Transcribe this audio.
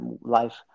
life